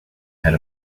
had